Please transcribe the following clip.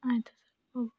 ಆಯಿತು ಸರ್ ಓ